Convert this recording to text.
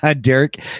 Derek